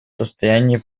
состоянии